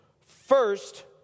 first